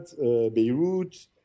Beirut